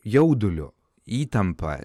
jauduliu įtampa